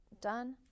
done